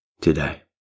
today